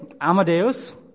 Amadeus